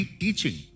teaching